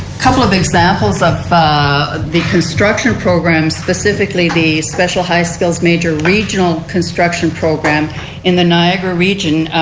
couple of examples of ah the construction program specifically the special high skills major regional construction program in the niagra region.